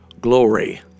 glory